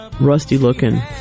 rusty-looking